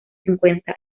cincuenta